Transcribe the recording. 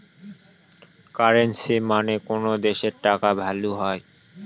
currency মানে কোনো দেশের টাকার যে ভ্যালু হয়